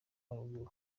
haruguru